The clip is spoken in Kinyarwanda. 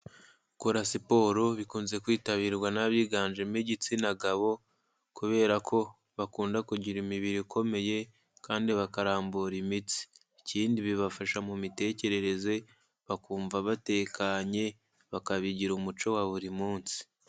Gukora siporo bikunze kwitabirwa n'abiganjemo igitsina gabo kubera ko bakunda kugira imibiri ikomeye kandi bakarambura imitsi, ikindi bibafasha mu mitekerereze, bakumva batekanye, bakabigira umuco wa buri munsi.